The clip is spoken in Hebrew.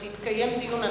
לכן יתקיים דיון,